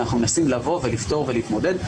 ואנחנו מנסים לבוא ולפתור ולהתמודד,